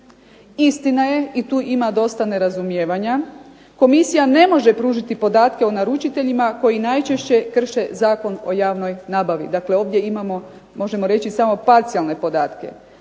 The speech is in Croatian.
Istina je i tu ima dosta nerazumijevanja, komisija ne može pružiti podatke o naručiteljima koji najčešće krše Zakon o javnoj nabavi. Dakle, ovdje imamo, možemo reći samo parcijalne podatke.